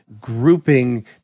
grouping